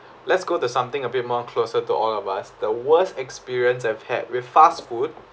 let's go to something a bit more closer to all of us the worst experience I've had with fast food